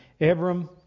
Abram